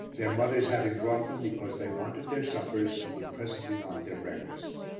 their mothers having brought them because they wanted their suppers, and would presently want their breakfasts.